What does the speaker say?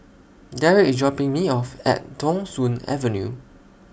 Darrick IS dropping Me off At Thong Soon Avenue